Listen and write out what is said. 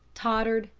tottered,